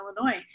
Illinois